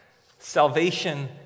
Salvation